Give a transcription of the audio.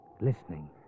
listening